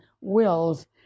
wills